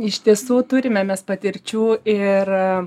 iš tiesų turime mes patirčių ir